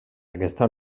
aquesta